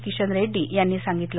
किशन रेड्डी यांनी सांगितलं